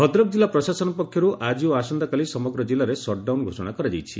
ଭଦ୍ରକ ଜିଲ୍ଲା ପ୍ରଶାସନ ପକ୍ଷର୍ ଆକି ଓ ଆସନ୍ତାକାଲି ସମଗ୍ର ଜିଲ୍ଲାରେ ସଟ୍ଡାଉନ୍ ଘୋଷଣା କରାଯାଇଛି